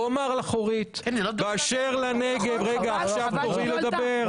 עכשיו תורי לדבר.